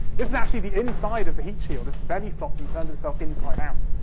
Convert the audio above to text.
is actually the inside of the heat shield, it's belly-flopped and turned itself inside out.